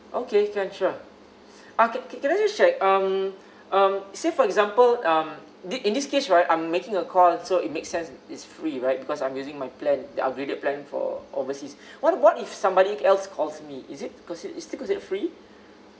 okay can sure ah can~ can I just check um um say for example um this in this case right I'm making a call so it makes sense it's free right because I'm using my plan the upgraded plan for overseas what what if somebody else calls me is it con~ is it consider free